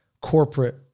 corporate